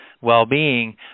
well-being